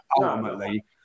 ultimately